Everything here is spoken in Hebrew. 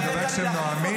אני מתכוון כשהם נואמים.